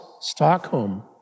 Stockholm